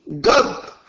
God